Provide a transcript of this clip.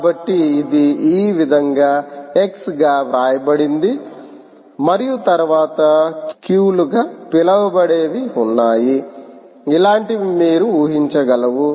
కాబట్టి ఇది ఈ విధంగా ఎక్స్ గా వ్రాయబడింది మరియు తరువాత క్యూలుగా పిలువబడేవి ఉన్నాయి ఇలాంటివి మీరు ఉహించగలవు